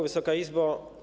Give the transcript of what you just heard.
Wysoka Izbo!